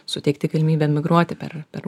suteikti galimybę migruoti per per